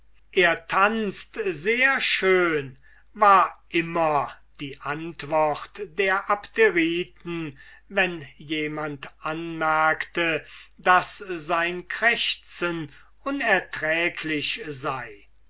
er tanzt sehr schön war immer die antwort der abderiten wenn jemand anmerkte daß sein krächzen unerträglich sei